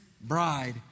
bride